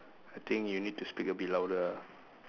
I think you need to speak a bit louder ah